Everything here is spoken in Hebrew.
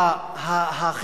נתנה תוקף קדושת היום.